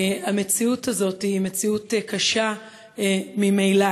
המציאות הזאת היא מציאות קשה ממילא.